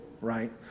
right